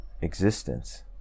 existence